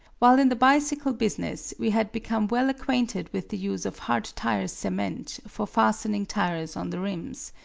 while in the bicycle business we had become well acquainted with the use of hard tire cement for fastening tires on the rims.